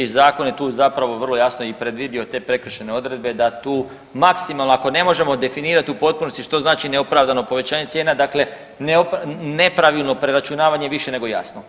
Zakon je tu zapravo vrlo jasno i predvidio te prekršajne odredbe da tu maksimalno ako ne može definirat u potpunosti što znači neopravdano povećanje cijena, dakle nepravilno preračunavanje više nego jasno.